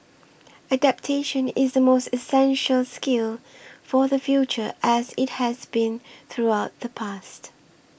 adaptation is the most essential skill for the future as it has been throughout the past